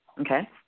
Okay